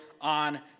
on